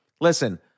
listen